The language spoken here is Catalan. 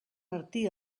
martí